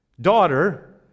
Daughter